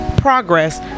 progress